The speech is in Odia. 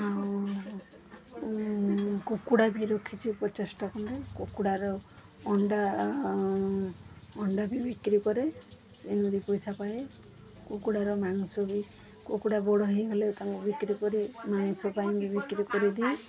ଆଉ କୁକୁଡ଼ା ବି ରଖିଛି ପଚାଶଟା ଖଣ୍ଡେ କୁକୁଡ଼ାର ଅଣ୍ଡା ଅଣ୍ଡା ବି ବିକ୍ରୀ କରେ ଏଣୁ ଦୁଇ ପଇସା ପାଏ କୁକୁଡ଼ାର ମାଂସ ବି କୁକୁଡ଼ା ବଡ଼ ହୋଇଗଲେ ତାଙ୍କୁ ବିକ୍ରୀ କରି ମାଂସ ପାଇଁ ବି ବିକ୍ରୀ କରିଦିଏ